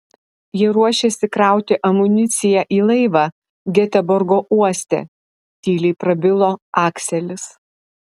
jie ruošėsi krauti amuniciją į laivą geteborgo uoste tyliai prabilo akselis